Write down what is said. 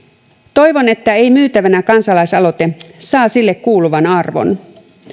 toivon että ei myytävänä kansalaisaloite saa sille kuuluvan arvon